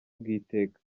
bw’iteka